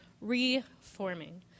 reforming